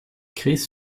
chris